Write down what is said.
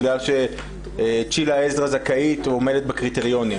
בגלל שצ'ילה עזרא זכאית או עומדת בקריטריונים.